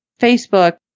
Facebook